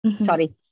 Sorry